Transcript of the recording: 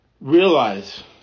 realize